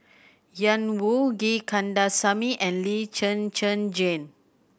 Ian Woo G Kandasamy and Lee Zhen Zhen Jane